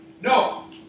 No